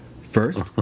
First